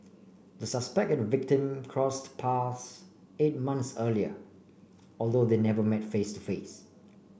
the suspect and victim crossed paths eight months earlier although they never met face to face